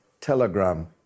Telegram